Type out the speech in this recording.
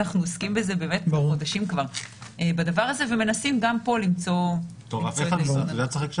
אנחנו עוסקים בזה חודשים כבר ומנסים גם פה למצוא את האיזון הנכון.